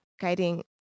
guiding